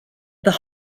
the